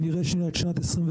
אם נראה את שנת 2021,